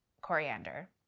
coriander